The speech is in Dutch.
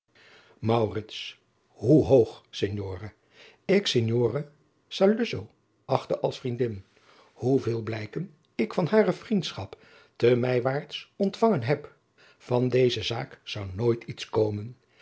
hoe hoog signore ik signora saluzzo achte als vriendin hoeveel blijken ik van hare vriendschap te mijwaarts ontvangen heb van deze zaak zou nooit iets komen